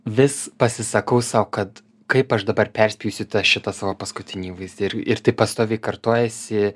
vis pasisakau sau kad kaip aš dabar perspjausiu tą šitą savo paskutinį įvaizdį ir ir taip pastoviai kartojasi